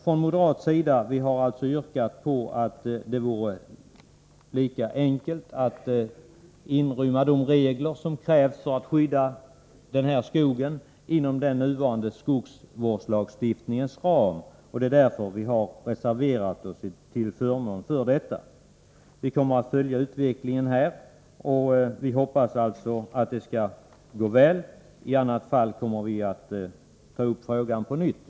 Från moderat sida har vi menat att det vore lika enkelt att inrymma de regler som krävs för att skydda den här skogen inom den nuvarande skogsvårdslagstiftningens ram, och vi har reserverat oss till förmån för detta. Vi kommer att följa utvecklingen, och vi hoppas alltså att det skall gå väl. I annat fall kommer vi att ta upp frågan på nytt.